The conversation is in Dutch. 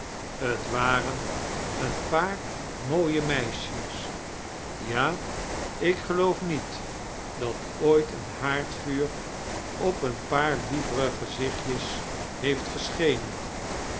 t wanen een paar mooie meisjes ja ik geloof niet dat ooit een haardvuur op een paar lievere geziontjee heeft gesehenen